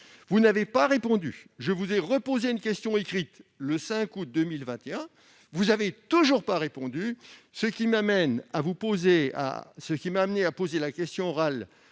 Vous ne m'avez pas répondu. Je vous ai de nouveau posé une question écrite le 5 août 2021. Vous ne m'avez toujours pas répondu. C'est ce qui m'a amené à poser la question orale